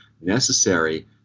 necessary